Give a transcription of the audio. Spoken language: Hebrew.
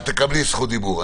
את תקבלי זכות דיבור.